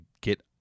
get